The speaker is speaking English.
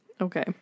Okay